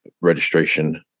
registration